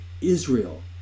israel